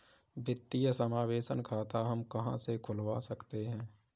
वित्तीय समावेशन खाता हम कहां से खुलवा सकते हैं?